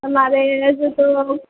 અમારે હજુ તો